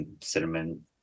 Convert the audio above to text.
cinnamon